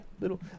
little